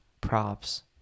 props